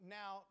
now